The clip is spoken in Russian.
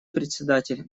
председатель